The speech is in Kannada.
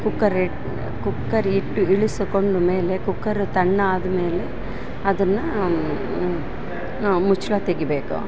ಕುಕ್ಕರ್ ಇಟ್ಟು ಕುಕ್ಕರ್ ಇಟ್ಟು ಇಳಿಸುಕೊಂಡು ಮೇಲೆ ಕುಕ್ಕರ್ ತಣ್ಣ ಆದ ಮೇಲೆ ಅದನ್ನ ಮುಚ್ಳ ತೆಗಿಬೇಕು